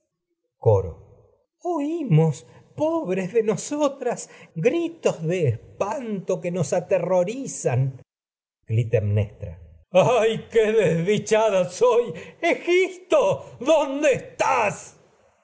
coro oímos pobres de nosotras gritos de espanto que nos aterrorizan ay qué desdichada soy clitemnestra egisto dónde estás